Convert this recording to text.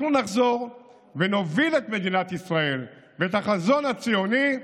אנחנו נחזור ונוביל את מדינת ישראל ואת החזון הציוני,